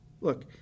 look